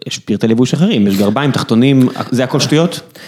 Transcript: יש פרטי לבוש אחרים, יש גרביים, תחתונים, זה הכל שטויות?